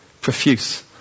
Profuse